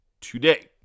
today